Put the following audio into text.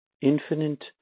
infinite